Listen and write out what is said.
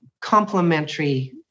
complementary